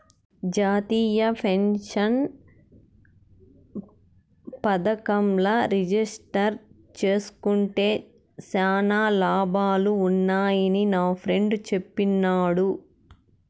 జాతీయ పెన్సన్ పదకంల రిజిస్టర్ జేస్కుంటే శానా లాభాలు వున్నాయని నాఫ్రెండ్ చెప్పిన్నాడు